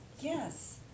Yes